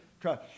try